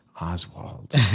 Oswald